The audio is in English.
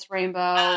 Rainbow